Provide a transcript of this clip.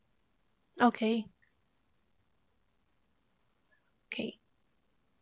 okay K